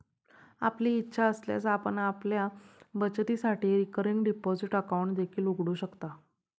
आपली इच्छा असल्यास आपण आपल्या बचतीसाठी रिकरिंग डिपॉझिट अकाउंट देखील उघडू शकता